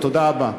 תודה רבה.